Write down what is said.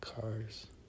cars